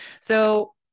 So-